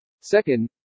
Second